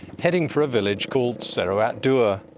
heading for a village called seruat dua.